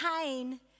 pain